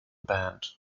band